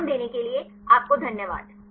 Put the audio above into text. ध्यान देने के लिये आपको धन्यवाद